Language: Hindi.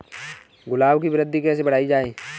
गुलाब की वृद्धि कैसे बढ़ाई जाए?